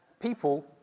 people